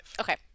Okay